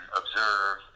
observe